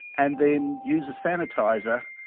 and then use a sanitiser.